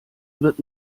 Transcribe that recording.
wird